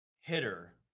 hitter